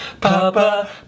Papa